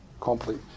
complete